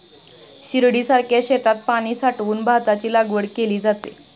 शिर्डीसारख्या शेतात पाणी साठवून भाताची लागवड केली जाते